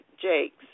Jake's